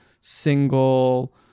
single